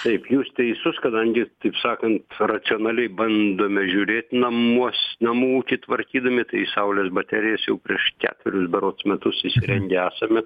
taip jūs teisus kadangi taip sakant racionaliai bandome žiūrėt namuos namų ūkį tvarkydami tai saulės baterijas jau prieš ketverius berods metus įsirengę esame